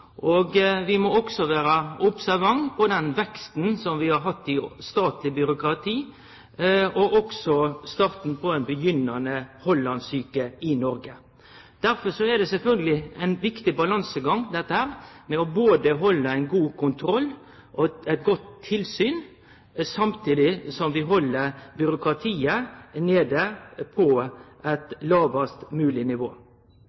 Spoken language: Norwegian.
kontrollørar. Vi må også vere observante på den veksten som vi har hatt i statleg byråkrati og også starten på ein begynnande hollandsk sjuke i Noreg. Derfor er dette sjølvsagt ein viktig balansegang mellom både å halde ein god kontroll og ha eit godt tilsyn, samtidig som vi held byråkratiet nede på eit lågast mogleg nivå.